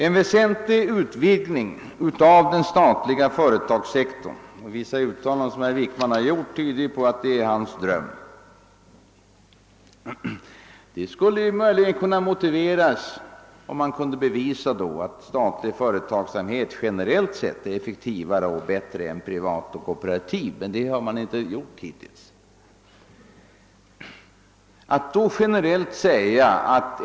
En väsentlig utvidgning av den offentliga företagssektorn — vissa uttalanden som herr Wickman har gjort tyder på att detta är hans dröm — skulle möjligen kunna motiveras, om man kunde bevisa att statlig företagsamhet generellt sett är effektivare och bättre än privat och kooperativ, men det har man hittills inte kunnat.